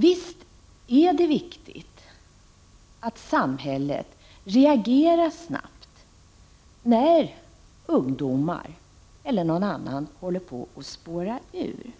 Visst är det viktigt att samhället reagerar snabbt när ungdomar eller andra spårar ur.